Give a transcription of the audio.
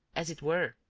as it were,